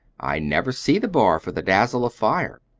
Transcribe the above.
i never see the bar for the dazzle of fire.